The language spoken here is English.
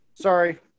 Sorry